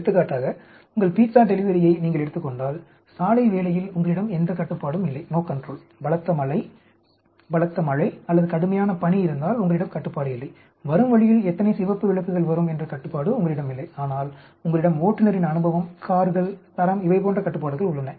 எடுத்துக்காட்டாக உங்கள் பீஸ்ஸா டெலிவரியை நீங்கள் எடுத்துக் கொண்டால் சாலை வேலையில் உங்களிடம் எந்த கட்டுப்பாடும் இல்லை பலத்த மழை அல்லது கடுமையான பனி இருந்தால் உங்களிடம் கட்டுப்பாடு இல்லை வரும் வழியில் எத்தனை சிவப்பு விளக்குகள் வரும் என்கிற கட்டுப்பாடு உங்களிடம் இல்லை ஆனால் உங்களிடம் ஓட்டுநரின் அனுபவம் கார்கள் தரம் இவை போன்ற கட்டுப்பாடுகள் உள்ளன